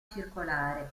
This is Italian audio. circolare